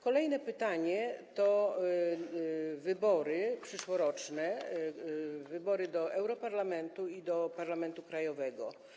Kolejne pytanie dotyczy przyszłorocznych wyborów do europarlamentu i do parlamentu krajowego.